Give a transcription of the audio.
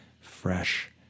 fresh